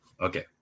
Okay